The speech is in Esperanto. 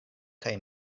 kaj